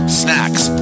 snacks